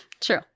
True